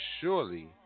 surely